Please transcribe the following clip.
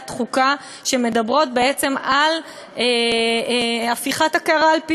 החוקה שמדברות על הפיכת הקערה על פיה,